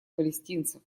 палестинцев